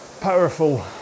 powerful